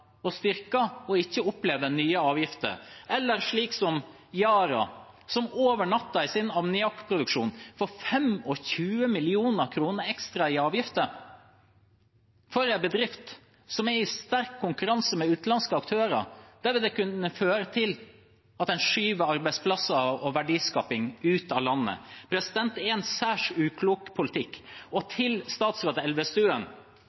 ikke oppleve nye avgifter. Yara, med sin ammoniakkproduksjon, får over natten 25 mill. kr ekstra i avgifter. For en bedrift som er i sterk konkurranse med utenlandske aktører, vil det kunne føre til at en skyver arbeidsplasser og verdiskaping ut av landet. Det er en særs uklok politikk. Til statsråd Elvestuen,